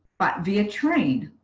but via train,